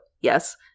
yes